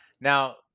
now